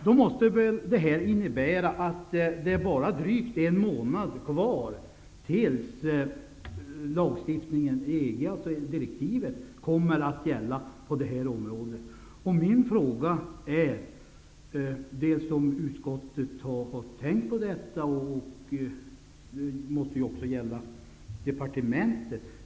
Det måste väl innebära att det är bara drygt en månad kvar tills EG:s lagstiftning, direktivet, kommer att gälla på det här området. Har utskottet och departementet tänkt på detta?